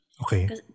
Okay